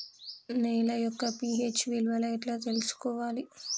నేల యొక్క పి.హెచ్ విలువ ఎట్లా తెలుసుకోవాలి?